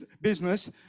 business